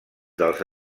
dels